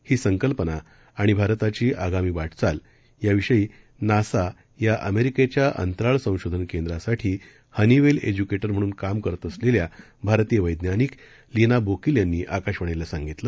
ही संकल्पना आणि भारताची आगामी वाटचाल याविषयी नासा या अमेरिकेच्या अंतराळ संशोधन केंद्रासाठी हनीवेल एज्युकेटर म्हणून काम करत असलेल्या भारतीय वैज्ञानिक लीना बोकील यांनी आकाशवाणीला सांगितलं